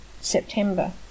September